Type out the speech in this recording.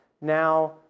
Now